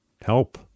help